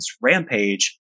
rampage